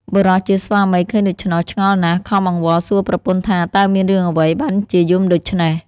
បុរសជាស្វាមីឃើញដូច្នោះឆ្ងល់ណាស់ ខំអង្វរសួរប្រពន្ធថា តើមានរឿងអ្វីបានជាយំដូច្នេះ ?។